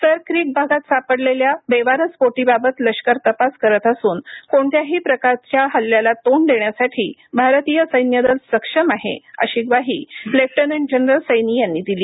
Sir Creek भागात सापडलेल्या बेवारस बोटीबाबत लष्कर तपास करत असून कोणत्याही प्रकारचा हल्ल्याला तोंड देण्यासाठी भारतीय सैन्य दल सक्षम आहे अशी ग्वाही लेफ्टनंट जनरल सैनी यांनी दिली